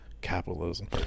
capitalism